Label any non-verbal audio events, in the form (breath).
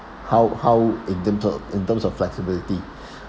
how how in terms o~ in terms of flexibility (breath)